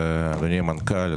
אדוני המנכ"ל,